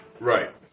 Right